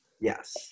Yes